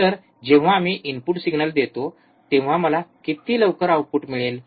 तर जेव्हा मी इनपुट सिग्नल देतो तेव्हा मला किती लवकर आउटपुट मिळेल